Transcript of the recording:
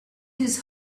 his